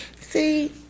See